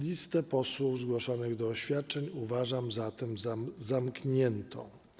Listę posłów zgłoszonych do oświadczeń uważam zatem za zamkniętą.